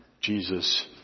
Jesus